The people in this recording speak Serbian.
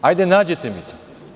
Hajde nađite mi to.